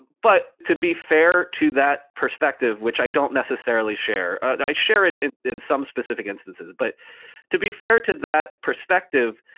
but to be fair to that perspective, which i don't necessarily share i share it in some specific instances, but to be fair to that perspective,